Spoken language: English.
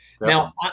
Now